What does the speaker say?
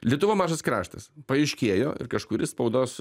lietuva mažas kraštas paaiškėjo ir kažkuris spaudos